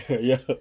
ya